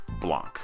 Blanc